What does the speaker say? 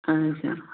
ଆଚ୍ଛା